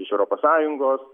iš europos sąjungos